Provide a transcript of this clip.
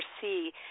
see